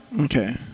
Okay